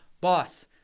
boss